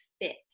fit